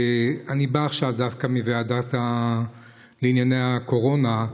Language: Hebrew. אני בא עכשיו דווקא מוועדת ענייני קורונה,